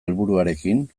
helburuarekin